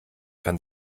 kann